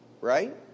Right